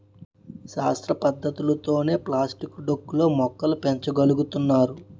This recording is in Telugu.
శాస్త్ర పద్ధతులతోనే ప్లాస్టిక్ డొక్కు లో మొక్కలు పెంచ గలుగుతున్నారు